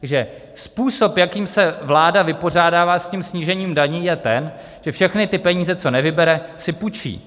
Takže způsob, jakým se vláda vypořádává se snížením daní, je ten, že všechny ty peníze, co nevybere, si půjčí.